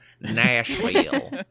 Nashville